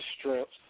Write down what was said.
strengths